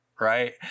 right